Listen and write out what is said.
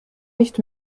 nicht